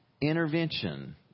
Intervention